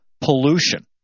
pollution